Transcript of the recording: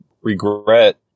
regret